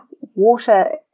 water